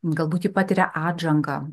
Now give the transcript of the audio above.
galbūt ji patiria atžangą